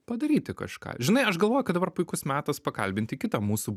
padaryti kažką žinai aš galvoju kad dabar puikus metas pakalbinti kitą mūsų